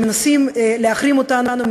שמנסים להחרים אותנו,